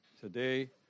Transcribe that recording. today